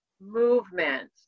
movement